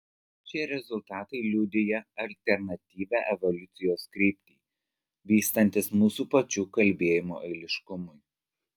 šie rezultatai liudija alternatyvią evoliucijos kryptį vystantis mūsų pačių kalbėjimo eiliškumui